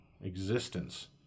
existence